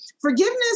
forgiveness